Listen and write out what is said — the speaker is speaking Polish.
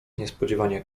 niespodzianie